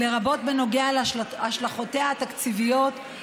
לרבות בנוגע להשלכותיה התקציביות,